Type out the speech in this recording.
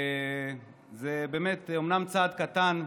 זה אומנם צעד קטן,